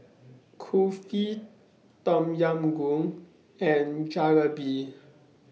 Kulfi Tom Yam Goong and Jalebi